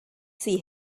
see